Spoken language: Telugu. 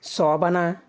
శోభన